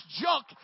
junk